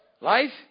life